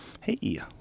Hey